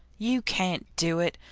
you can't do it!